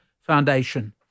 Foundation